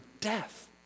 death